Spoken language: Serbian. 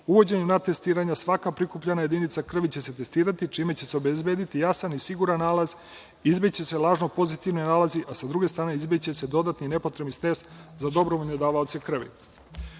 virusa. Uvođenjem NAT testiranja svaka prikupljena jedinica krvi će se testirati, čime će se obezbediti jasan i siguran nalaz, izbeći će se lažno pozitivni nalazi, a sa druge strane izbeći će se dodatni i nepotrebni stres za dobrovoljne davaoce krvi. Prema